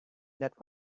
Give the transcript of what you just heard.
that